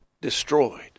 destroyed